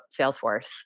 Salesforce